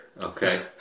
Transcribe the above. Okay